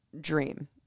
dream